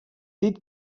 dit